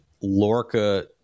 Lorca